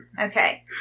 Okay